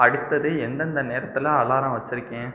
அடுத்தது எந்தெந்த நேரத்தில் அலாரம் வைச்சிருக்கேன்